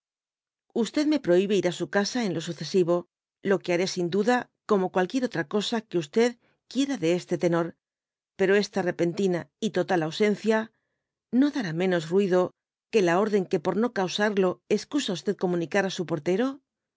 me prohibe ir á áu casa en lo sucesivo lo que haré sin duda como cualquier otra cosa que e quiera de este tendr pero está repentina y total ausencia no dará menos ruido que la orden que por no causarle escu comunicar á su portero